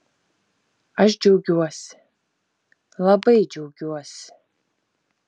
aš džiaugiuosi labai džiaugiuosi